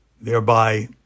thereby